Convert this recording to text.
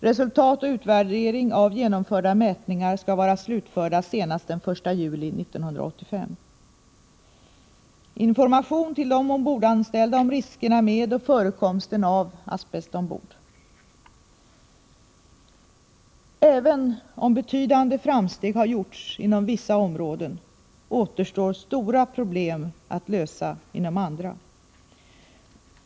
Resultat och utvärdering av genomförda mätningar skall vara slutförda senast den 1 juli 1985. Även om betydande framsteg har gjorts inom vissa områden återstår stora problem att lösa inom andra.